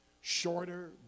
shorter